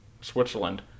switzerland